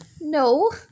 No